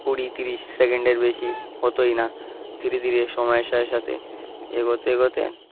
কুড়ি তিরিশ সেকেন্ডের বেশি হতোই না ধীরে ধীরে সময়ের সাথে সাথে এগোতে এগোতে